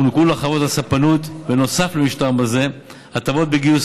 נוסף למשטר מס זה הוענקו לחברות הספנות הטבות בגיוס